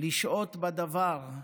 לשהות בדבר,